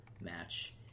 match